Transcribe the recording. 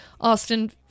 Austin